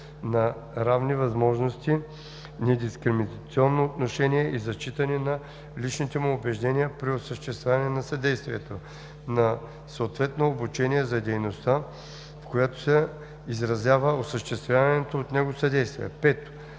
на равни възможности, недискриминационно отношение и зачитане на личните му убеждения при осъществяването на съдействието; 4. на съответно обучение за дейността, в която се изразява осъществяваното от него съдействие;